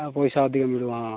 ଆଉ ପଇସା ଅଧିକ ମିଳିବ ହଁ